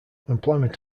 employment